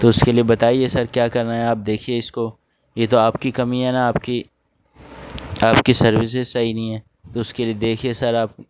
تو اس کے لیے بتائیے سر کیا کرنا ہے آپ دیکھیے اس کو یہ تو آپ کی کمی ہے نا آپ کی آپ کی سروسیز صحیح نہیں ہے تو اس کے لیے دیکھیے سر آپ